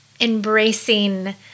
embracing